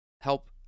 help